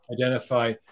identify